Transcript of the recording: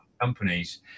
companies